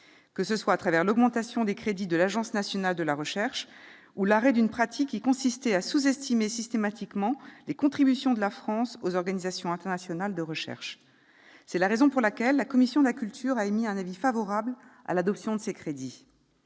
que ce soit à travers l'augmentation des crédits de l'Agence nationale de la recherche ou l'arrêt d'une pratique qui consistait à sous-estimer systématiquement les contributions de la France aux organisations internationales de recherche. C'est la raison pour laquelle la commission de la culture a émis un avis favorable à l'adoption de ces crédits.